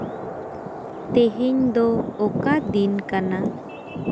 ᱛᱮᱦᱮᱧ ᱫᱚ ᱚᱠᱟ ᱫᱤᱱ ᱠᱟᱱᱟ